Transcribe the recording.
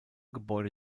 gebäude